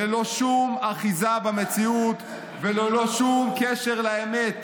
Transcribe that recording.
ללא שום אחיזה במציאות וללא שום קשר לאמת.